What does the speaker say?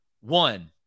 One